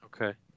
Okay